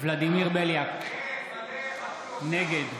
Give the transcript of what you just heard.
ולדימיר בליאק, נגד